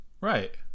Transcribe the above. Right